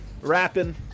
rapping